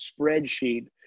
spreadsheet